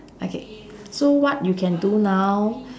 okay so what you can do now